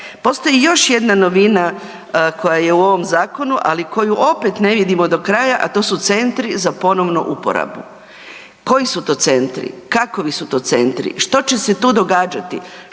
Postoji još jedna novina koja je u ovom zakonu, ali koju opet ne vidimo do kraja, a to su centri za ponovnu uporabu. Koji su to centri, kakovi su to centri, što će se tu događati,